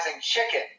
chicken